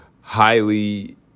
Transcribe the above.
highly